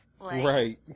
Right